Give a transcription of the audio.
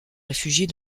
réfugiés